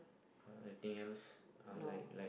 uh anything else uh like like